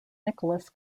nicholas